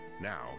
Now